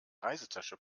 reisetasche